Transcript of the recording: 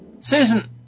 Susan